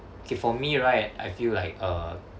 okay for me right I feel like uh